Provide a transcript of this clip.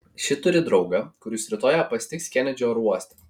ši turi draugą kuris rytoj ją pasitiks kenedžio oro uoste